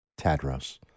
Tadros